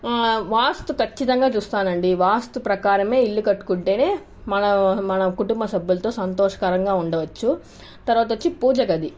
వాస్తు ఖచ్చితంగా చూస్తానండి వాస్తు ప్రకారమే ఇల్లు కట్టుకుంటేనే మనం మన కుటుంబ సభ్యులతో సంతోషకరంగా ఉండవచ్చు తర్వాత వచ్చి పూజ గది